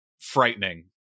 frightening